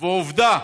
ועובדה,